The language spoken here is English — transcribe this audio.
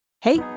Hey